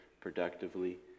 productively